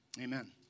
Amen